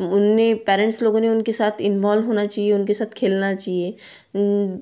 उन्होंने पैरेंट्स लोगों ने उनके साथ इंवॉल्व होना चाहिए उनके साथ खेलना चाहिए